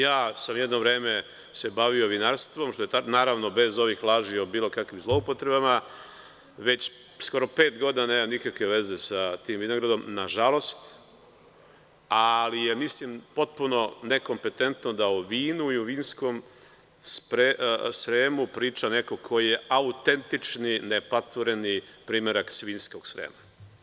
Ja sam se jedno vreme bavio vinarstvom, naravno bez ovih laži o bilo kakvim zloupotrebama, već skoro pet godina nemam nikakve veze sa tim vinogradom, nažalost, ali mislim da je potpuno nekompetentno da o vinu i o vinskom Sremu priča neko ko je autentični primerak svinjskog Srema.